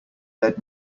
led